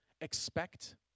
Expect